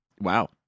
Wow